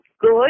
Good